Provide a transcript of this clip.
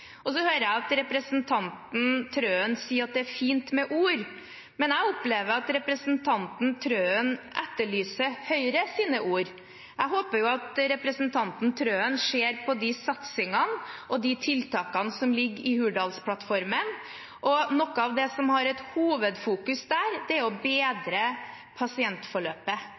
hører at representanten Trøen sier det er fint med ord, men jeg opplever at representanten Trøen etterlyser Høyres ord. Jeg håper at representanten Trøen ser på de satsingene og tiltakene som ligger i Hurdalsplattformen. Noe av det som det i hovedsak blir fokusert på, er å bedre pasientforløpet